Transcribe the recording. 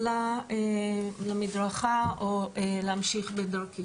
למדרכה או להמשיך בדרכי.